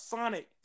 Sonic